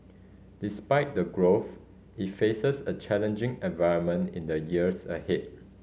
despite the growth it faces a challenging environment in the years ahead